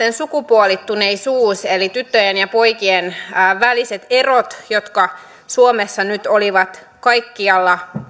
tulosten sukupuolittuneisuus eli tyttöjen ja poikien väliset erot jotka suomessa nyt olivat kaikkialla